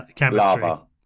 lava